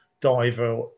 diver